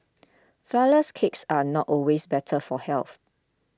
Flourless Cakes are not always better for health